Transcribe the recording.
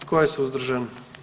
Tko je suzdržan?